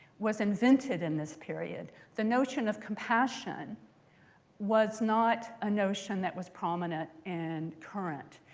was invented in this period. the notion of compassion was not a notion that was prominent and current.